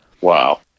Wow